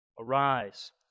arise